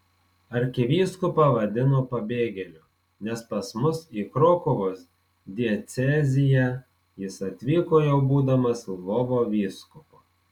arkivyskupą vadino pabėgėliu nes pas mus į krokuvos dieceziją jis atvyko jau būdamas lvovo vyskupu